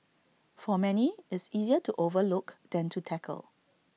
for many it's easier to overlook than to tackle